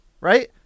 right